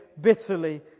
bitterly